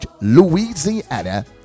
Louisiana